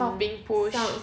sounds being pushed